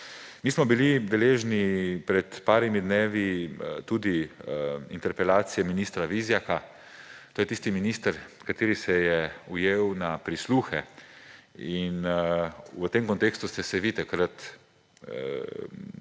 Mi smo bili deležni pred nekaj dnevi tudi interpelacije ministra Vizjaka. To je tisti minister, kateri se je ujel na prisluhe; in v tem kontekstu ste se vi takrat